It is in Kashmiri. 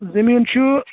زٔمیٖن چھُ